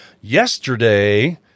yesterday